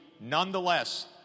nonetheless